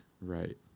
Right